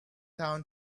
town